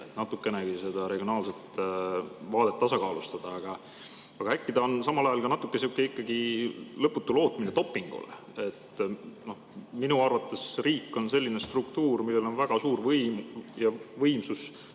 natukenegi seda regionaalselt vaadet tasakaalustada. Aga äkki ta on samal ajal natuke ka ikkagi sihuke lõputu lootmine dopingule? Minu arvates riik on selline struktuur, millel on väga suur võim ja võimsus